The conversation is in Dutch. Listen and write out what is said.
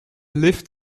lift